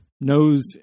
knows